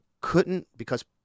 couldn't—because